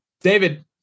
David